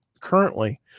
currently